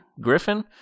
griffin